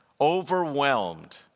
overwhelmed